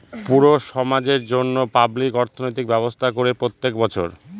পুরো সমাজের জন্য পাবলিক অর্থনৈতিক ব্যবস্থা করে প্রত্যেক বছর